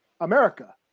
America